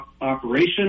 operation